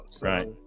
Right